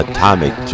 Atomic